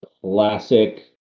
classic